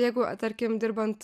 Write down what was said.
jeigu tarkim dirbant